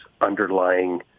underlying